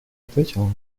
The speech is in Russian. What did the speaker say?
ответила